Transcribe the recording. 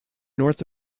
north